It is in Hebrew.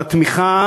על התמיכה